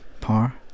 par